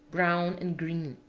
brown, and green.